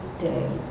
day